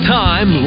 time